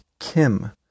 Kim